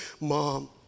mom